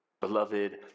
Beloved